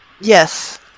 Yes